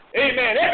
Amen